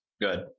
good